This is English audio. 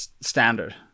standard